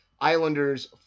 Islanders